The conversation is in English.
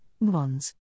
mons